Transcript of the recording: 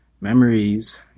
memories